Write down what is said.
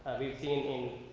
we've seen in,